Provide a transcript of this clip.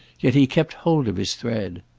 yet he kept hold of his thread.